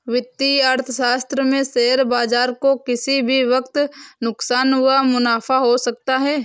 वित्तीय अर्थशास्त्र में शेयर बाजार को किसी भी वक्त नुकसान व मुनाफ़ा हो सकता है